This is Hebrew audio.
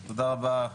תודה רבה,